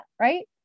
right